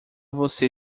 você